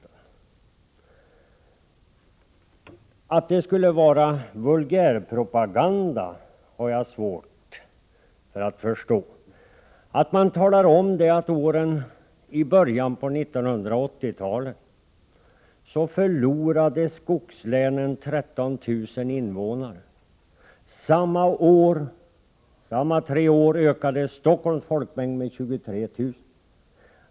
Jag har svårt att förstå att det skulle vara vulgärpropaganda att man talar om att under de tre första åren av 1980-talet förlorade skogslänen 13 000 invånare, medan Stockholms folkmängd under samma tre år ökade med 23 000.